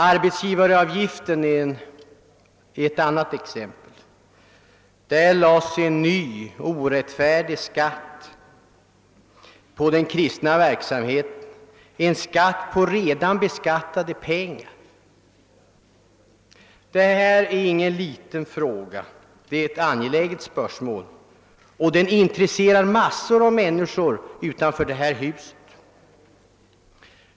Arbetsgivaravgiften är ett annat exempel. Där lades en ny orättfärdig skatt på den kristna verksamheten, en skatt på redan beskattade pengar. Detta är ingen liten fråga. Det är ett angeläget spörsmål, och det intresserar massor av människor utanför detta hus.